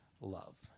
love